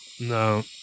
No